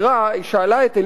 היא שאלה את אליזבת,